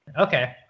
Okay